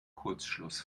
kurzschluss